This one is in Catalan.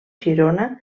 girona